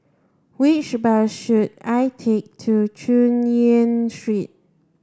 which bus should I take to Chu Yen Street